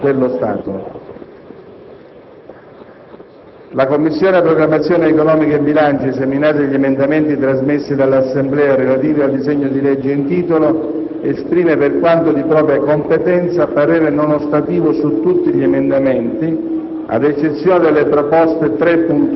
«La Commissione programmazione economica, bilancio, esaminato il disegno di legge in titolo, esprime, per quanto di propria competenza, parere non ostativo osservando, tuttavia, che gli articoli 1,